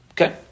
Okay